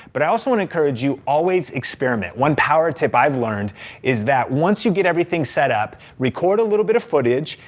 but i also wanna encourage you, always experiment. one power tip i've learned is that once you get everything set up, record a little bit of footage,